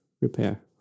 repair